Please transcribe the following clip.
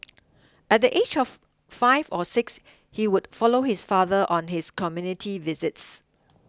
at the age of five or six he would follow his father on his community visits